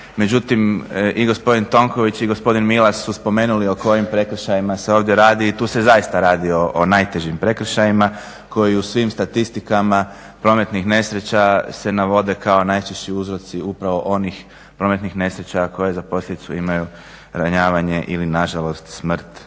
Međutim, i gospodin Tonković i gospodin Milas su spomenuli o kojim prekršajima se ovdje radi i tu se zaista radi o najtežim prekršajima koji u svim statistikama prometnih nesreća se navode kao najčešći uzroci upravo onih prometnih nesreća koje za posljedicu imaju ranjavanje ili na žalost smrt